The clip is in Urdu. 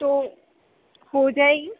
تو ہو جائے گی